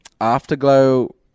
Afterglow